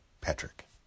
Patrick